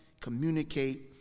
communicate